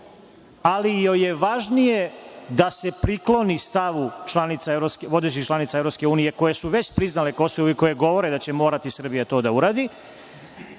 ali joj je važnije da se prikloni vodećim članicama EU koje su već priznale Kosovo i koje govore da će morati to Srbija da uradi,